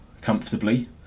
comfortably